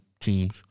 teams